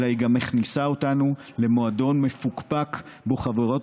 אלא היא גם מכניסה אותנו למועדון מפוקפק שבו חברות